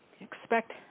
expect